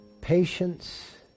patience